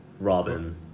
Robin